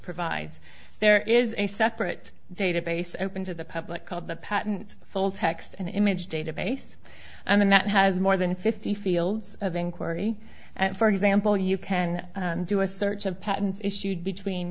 provides there is a separate database open to the public called the patent full text and image database i mean that has more than fifty fields of inquiry for example you can do a search of patents issued between